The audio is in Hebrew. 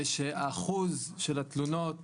שהאחוז של התלונות